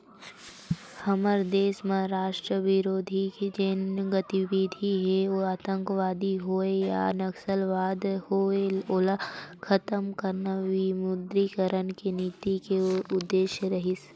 हमर देस म राष्ट्रबिरोधी जेन गतिबिधि हे आंतकवाद होय या नक्सलवाद होय ओला खतम करना विमुद्रीकरन के नीति के उद्देश्य रिहिस